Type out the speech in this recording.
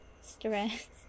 Stress